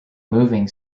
moving